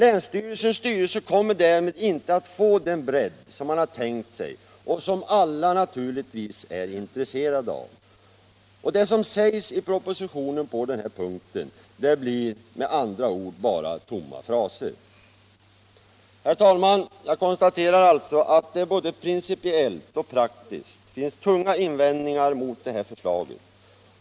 Länsstyrelsens styrelse kommer därmed inte att få den bredd som man har tänkt sig och som alla är intresserade av. Det som sägs i propositionen på den här punkten blir med andra ord bara tomma fraser. Herr talman! Jag konstaterar alltså att det både principiellt och praktiskt finns tunga invändningar mot det här förslaget.